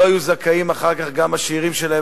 לא היו זכאים אחר כך גם השארים שלהם,